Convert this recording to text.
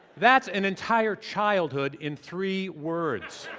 that's an entire childhood in three words.